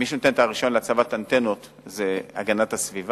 מי שנותן את הרשיון להצבת אנטנות זה המשרד להגנת הסביבה.